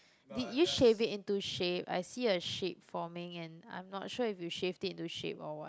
did you shave it into shape I see a shape forming and I'm not sure if you shaved it into shape or what